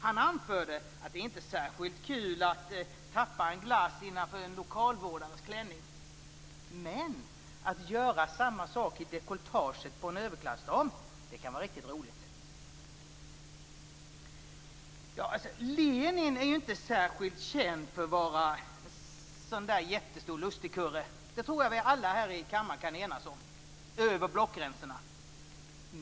Han anförde att det inte är särskilt kul att tappa en glass innanför en lokalvårdares klänning. Men att göra samma sak i dekolletaget på en överklassdam kan vara riktigt roligt. Lenin är inte särskilt känd för att vara en jättestor lustigkurre. Det tror jag att vi alla här i kammaren kan enas om över blockgränserna.